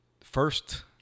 first